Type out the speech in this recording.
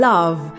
Love